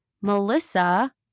Melissa